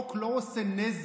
החוק לא עושה נזק.